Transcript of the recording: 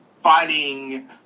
fighting